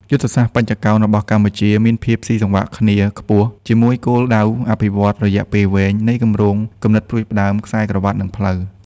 យុទ្ធសាស្ត្របញ្ចកោណរបស់កម្ពុជាមានភាពស៊ីសង្វាក់គ្នាខ្ពស់ជាមួយគោលដៅអភិវឌ្ឍន៍រយៈពេលវែងនៃគម្រោង គំនិតផ្ដួចផ្ដើមខ្សែក្រវាត់ និងផ្លូវ ។